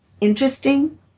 interesting